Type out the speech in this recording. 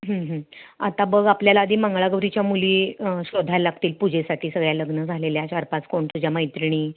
आता बघ आपल्याला आधी मंगळागौरीच्या मुली शोधायला लागतील पूजेसाठी सगळ्या लग्न झालेल्या चार पाच कोण तुझ्या मैत्रिणी